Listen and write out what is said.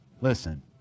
Listen